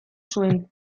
zuen